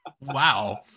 wow